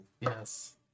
Yes